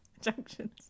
junctions